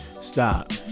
stop